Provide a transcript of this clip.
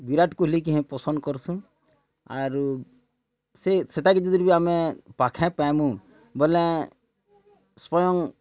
ବିରାଟ୍ କୋହଲିକେ ହିଁ ପସନ୍ଦ୍ କରୁସୁଁ ଆରୁ ସେ ସେଟାକେ ଯଦି ବି ଆମେ ପାଖେ ପାଏମୁଁ ବୋଲେ ସ୍ୱୟଂ